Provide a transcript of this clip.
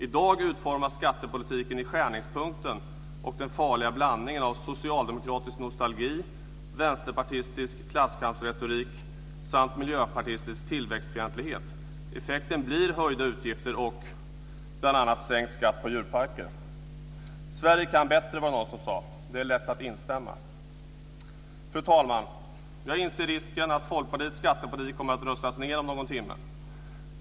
I dag utformas skattepolitiken i skärningspunkten mellan den farliga blandningen av socialdemokratisk nostalgi, vänsterpartistisk klasskampsretorik och miljöpartistisk tillväxtfientlighet. Effekten blir höjda utgifter och bl.a. sänkt skatt för djurparker. Sverige kan bättre, var det någon som sade. Det är lätt att instämma. Fru talman! Jag inser risken att Folkpartiets skattepolitik kommer att röstas ned om någon timme.